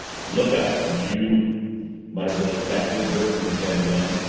look up, you muttered the detective, jerking his head again.